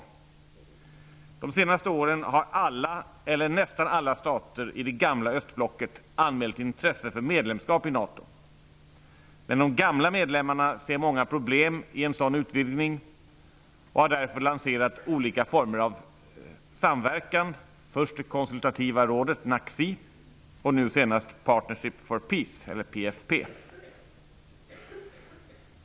Under de senaste åren har alla eller nästan alla stater i det gamla östblocket anmält intresse för medlemskap i NATO. Men de gamla medlemmarna ser många problem i en sådan utvidgning och har därför lanserat olika former av samverkan: först det konsultativa rådet, NACC, och nu senast Partnership for Peace, PFP.